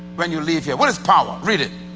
when you leave here, what is power? read it!